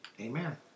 amen